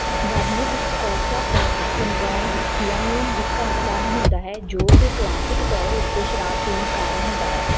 ਵਰਨਿਕ Korsakoff syndrome thiamine ਦੀ ਘਾਟ ਕਾਰਨ ਹੁੰਦਾ ਹੈ ਜੋ ਕਿ ਕਲਾਸਿਕ ਤੌਰ ਉੱਤੇ ਸ਼ਰਾਬ ਪੀਣ ਕਾਰਨ ਹੁੰਦਾ ਹੈ